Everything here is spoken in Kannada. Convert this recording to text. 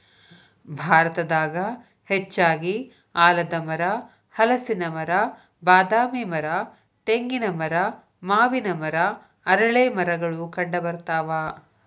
ಭಾರತದಾಗ ಹೆಚ್ಚಾಗಿ ಆಲದಮರ, ಹಲಸಿನ ಮರ, ಬಾದಾಮಿ ಮರ, ತೆಂಗಿನ ಮರ, ಮಾವಿನ ಮರ, ಅರಳೇಮರಗಳು ಕಂಡಬರ್ತಾವ